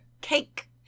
cake